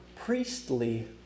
priestly